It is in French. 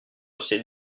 ces